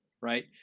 right